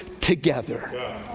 together